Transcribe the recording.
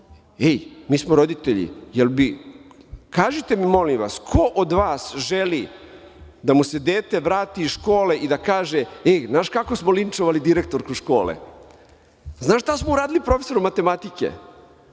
ej mi smo roditelji. Kažite mi, molim vas ko od vas želi da mu se dete vrati iz škole i da kaže – ej znaš kako smo linčovali direktorku škole, znaš šta smo uradili profesoru matematike,